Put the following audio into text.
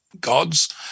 gods